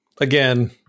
again